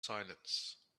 silence